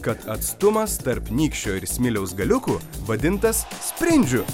kad atstumas tarp nykščio ir smiliaus galiukų vadintas sprindžiu